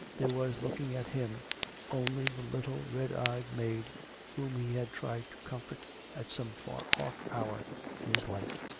there was looking at him only the little red-eyed maid whom he had tried to comfort at some far-off hour in his life.